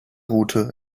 route